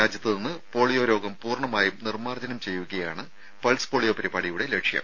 രാജ്യത്തുനിന്ന് polio രോഗം പൂർണമായും നിർമ്മാർജ്ജനം ചെയ്യുകയാണ് പൾസ് പോളിയോ പരിപാടിയുടെ ലക്ഷ്യം